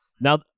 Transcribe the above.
Now